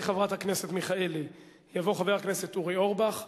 חברת הכנסת מיכאלי יבוא חבר הכנסת אורי אורבך,